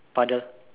puddle